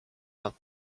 not